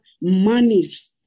monies